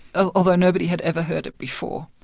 ah although nobody had ever heard it before.